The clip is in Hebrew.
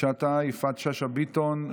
יפעת שאשא ביטון,